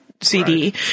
CD